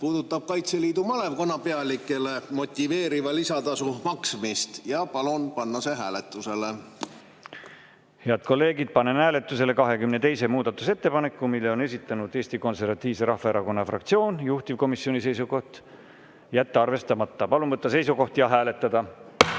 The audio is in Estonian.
puudutab Kaitseliidu malevkonna pealikele motiveeriva lisatasu maksmist. Palun panna see hääletusele. Head kolleegid, panen hääletusele 22. muudatusettepaneku. Selle on esitanud Eesti Konservatiivse Rahvaerakonna fraktsioon. Juhtivkomisjoni seisukoht on jätta arvestamata. Palun võtta seisukoht ja hääletada!